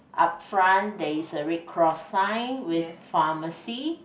up front there is a red cross sign with pharmacy